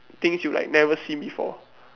things you like never see before